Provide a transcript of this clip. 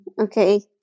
okay